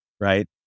right